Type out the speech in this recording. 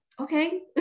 okay